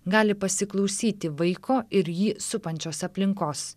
gali pasiklausyti vaiko ir jį supančios aplinkos